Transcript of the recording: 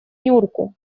нюрку